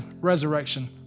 resurrection